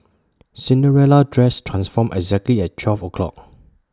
Cinderella's dress transformed exactly at twelve o'clock